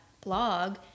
blog